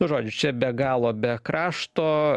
nu žodžiu čia be galo be krašto